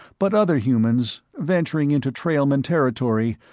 but other humans, venturing into trailman territory,